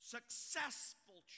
Successful